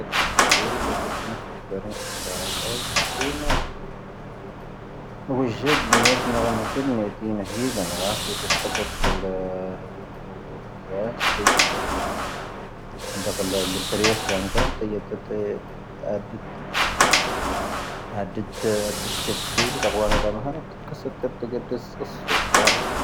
ⵢⴻⵜⴻ ⵜⵉⵏ ⵢⴻⵜⴻ ⵙⴰⵀⴰⵡⴰⵏ ⴻⵏⴷⵉ ⴳⴰⵍⴰⵏ ⴻpⵔⵉⵍ ⴻⵙⵡⴰⵏⵏ ⴳⴰⵎ ⴻpⵔⵉⵍ ⴰⴷⴷⴻⴷⴻ ⴰⴷⴷⵉⴼⵉ ⴻⵙⵙⵓⵙⴽⴰⵔ.